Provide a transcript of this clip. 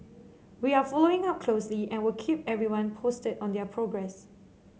we are following up closely and will keep everyone posted on their progress